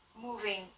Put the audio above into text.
moving